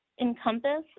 encompass